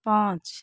पाँच